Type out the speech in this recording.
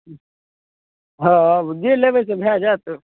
हँ जे लेबै से भऽ जाएत